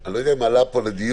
אני לא יודע אם עלה פה לדיון,